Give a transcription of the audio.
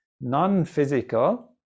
non-physical